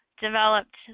developed